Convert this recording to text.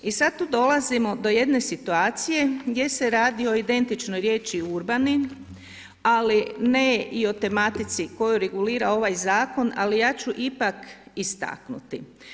I sada tu dolazimo do jedne situacije gdje se radi o identičnoj riječi urbani ali ne i o tematici koju regulira ovaj zakon, ali ja ću ipak istaknuti.